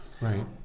right